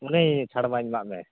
ᱚᱱᱮ ᱪᱷᱟᱹᱲ ᱢᱟᱧ ᱮᱢᱟᱜ ᱢᱮ